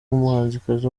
umuhanzikazi